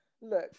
look